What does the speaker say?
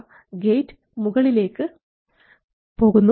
gate മുകളിലേക്ക് പോകുന്നു